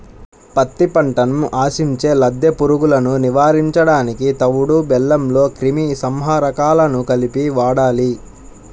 పత్తి పంటను ఆశించే లద్దె పురుగులను నివారించడానికి తవుడు బెల్లంలో క్రిమి సంహారకాలను కలిపి వాడాలి